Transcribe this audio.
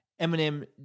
Eminem